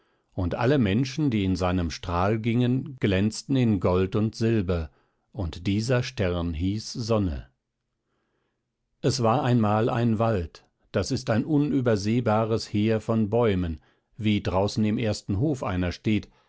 und alle menschen die in seinem strahl gingen glänzten in gold und silber und dieser stern hieß sonne es war einmal ein wald das ist ein unübersehbares heer von bäumen wie draußen im ersten hof einer steht